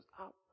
up